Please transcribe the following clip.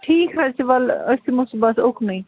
ٹھیٖک حظ چھُ وَلہٕ أسۍ یِمُو صبُحس اُکنُے